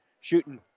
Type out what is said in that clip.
shooting